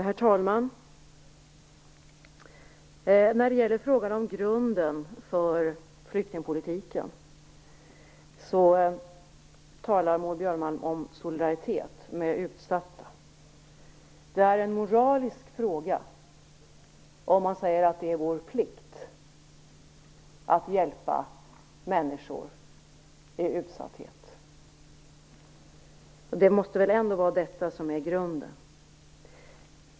Herr talman! I fråga om grunden för flyktingpolitiken talar Maud Björnemalm om solidaritet med dem som är utsatta. Det är en moralisk fråga om man säger att det är vår plikt att hjälpa människor i utsatthet. Det måste ändå vara detta som utgör grunden.